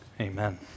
Amen